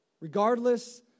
regardless